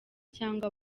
cyangwa